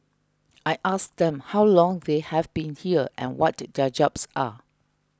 I asked them how long they have been here and what their jobs are